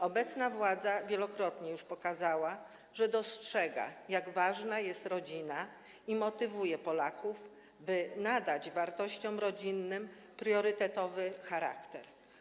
Obecna władza wielokrotnie już pokazała, że dostrzega, jak ważna jest rodzina, i motywuje Polaków, tak by nadać wartościom rodzinnym priorytetowy charakter.